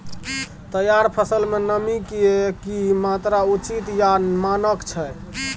तैयार फसल में नमी के की मात्रा उचित या मानक छै?